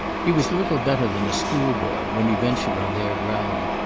he was little better than a schoolboy, when he ventured on their ground,